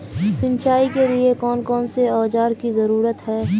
सिंचाई के लिए कौन कौन से औजार की जरूरत है?